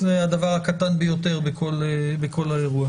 זה הדבר הקטן ביותר בכל האירוע.